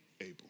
able